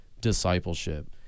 discipleship